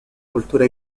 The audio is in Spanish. cultura